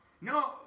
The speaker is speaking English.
no